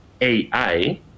AI